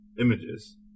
images